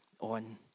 on